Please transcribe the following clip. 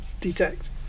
detect